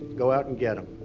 go out and get em,